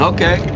Okay